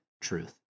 truth